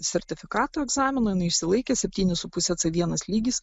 sertifikato egzaminą jinai išsilaikė septyni su puse c vienas lygis